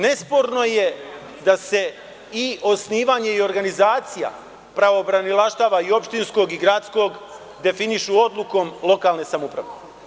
Nesporno je da se i osnivanje i organizacija pravobranilaštava, i opštinskog i gradskog, definišu odlukom lokalne samouprave.